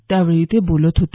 त्यावेळी ते बोलत होते